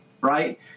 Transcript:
right